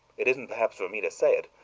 it isn't perhaps for me to say it,